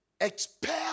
expel